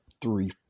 three